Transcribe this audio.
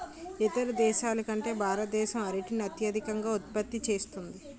ఇతర దేశాల కంటే భారతదేశం అరటిని అత్యధికంగా ఉత్పత్తి చేస్తుంది